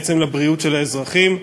בעצם, לבריאות של האזרחים.